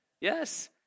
Yes